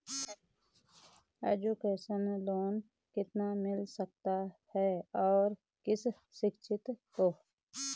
Education loan कितना मिल सकता है और किस शिक्षार्थी को?